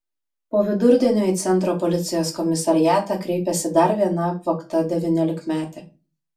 po vidurdienio į centro policijos komisariatą kreipėsi dar viena apvogta devyniolikmetė